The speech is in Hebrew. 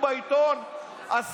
זה